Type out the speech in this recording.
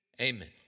amen